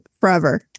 forever